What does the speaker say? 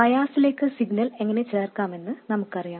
ബയാസിലേക്ക് signal എങ്ങനെ ചേർക്കാമെന്ന് നമുക്കറിയാം